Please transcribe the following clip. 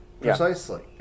Precisely